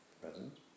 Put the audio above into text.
present